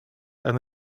and